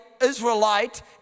Israelite